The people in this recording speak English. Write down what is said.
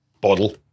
bottle